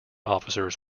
officers